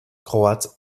croates